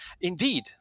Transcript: Indeed